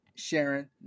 sharon